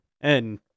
And-